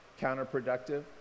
counterproductive